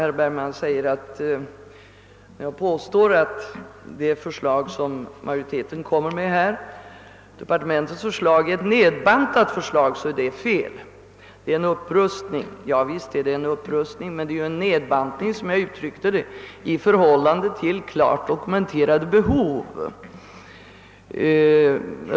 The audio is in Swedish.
Herr talman! Herr Bergman säger att mitt påstående, att departementets förslag, är ett nedbantat förslag, är felaktigt. Han säger att det i stället innebär en upprustning. Ja, visst innebär det en upprustning, men det är, som jag uttryckte det, en nedbantning i förhållande till klart dokumenterade behov.